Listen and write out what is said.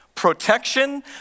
Protection